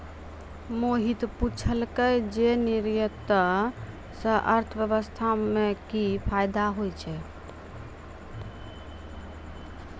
मोहित पुछलकै जे निर्यातो से अर्थव्यवस्था मे कि फायदा होय छै